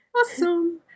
Awesome